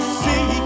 see